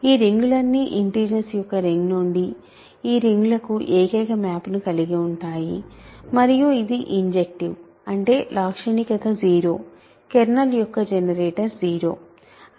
ఈ రింగులన్నీ ఇంటిజర్స్ యొక్క రింగ్ నుండి ఈ రింగుల కు ఏకైక మ్యాప్ను కలిగి ఉంటాయి మరియు ఇది ఇంజెక్టివ్ అంటే లాక్షణికత 0 కెర్నల్ యొక్క జనరేటర్ 0